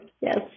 yes